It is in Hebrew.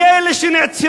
מי אלה שנעצרו,